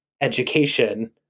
education